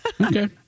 okay